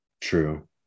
True